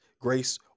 grace